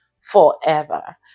forever